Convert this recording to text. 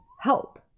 help